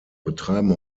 betreiben